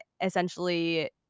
essentially